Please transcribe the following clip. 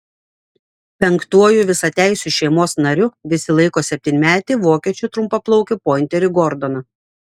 penktuoju visateisiu šeimos nariu visi laiko septynmetį vokiečių trumpaplaukį pointerį gordoną